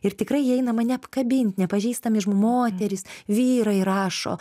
ir tikrai jie eina mane apkabint nepažįstami žmo moterys vyrai rašo